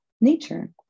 nature